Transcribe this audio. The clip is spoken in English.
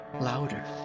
louder